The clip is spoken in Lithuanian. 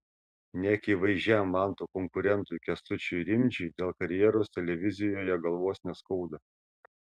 neakivaizdžiam manto konkurentui kęstučiui rimdžiui dėl karjeros televizijoje galvos neskauda